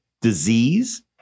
disease